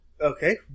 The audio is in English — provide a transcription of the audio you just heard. Okay